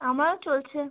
আমারও চলছে